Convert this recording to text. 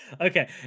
Okay